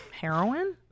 Heroin